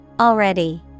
Already